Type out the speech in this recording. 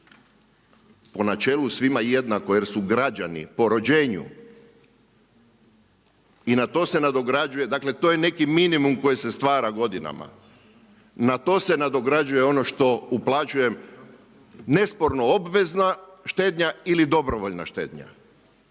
Po načelu svima jednako jer su građani po rođenju i na to se nadograđuje, dakle to je neki minimum koji se stvara godinama. Na to se nadograđuje ono što uplaćujem nesporno obvezna štednja ili dobrovoljna štednja.